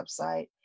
website